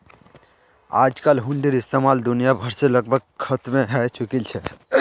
आजकल हुंडीर इस्तेमाल दुनिया भर से लगभग खत्मे हय चुकील छ